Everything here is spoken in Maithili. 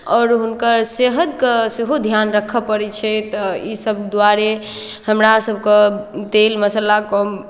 आओर हुनकर सेहतके सेहो ध्यान राखय पड़ै छै तऽ ईसभ दुआरे हमरा सभकेँ तेल मसाला कम